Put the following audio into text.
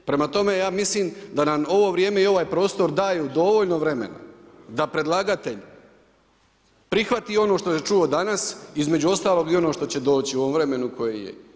Prema tome, ja mislim da nam ovo vrijeme i ovaj prostor daju dovoljno vremena da predlagatelj prihvati ono što je čuo danas, između ostalog i ono što će doći u ovom vremenu koje je.